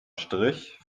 strich